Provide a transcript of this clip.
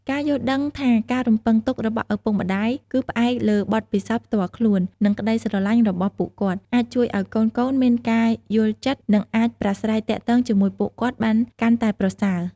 ការយល់ដឹងថាការរំពឹងទុករបស់ឪពុកម្ដាយគឺផ្អែកលើបទពិសោធន៍ផ្ទាល់ខ្លួន និងក្តីស្រលាញ់របស់ពួកគាត់ អាចជួយឲ្យកូនៗមានការយល់ចិត្ត និងអាចប្រាស្រ័យទាក់ទងជាមួយពួកគាត់បានកាន់តែប្រសើរ។